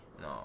no